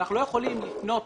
אנחנו לא יכולים לפנות,